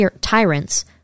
tyrants